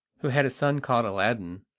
who had a son called aladdin,